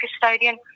custodian